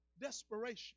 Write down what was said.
desperation